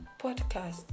podcast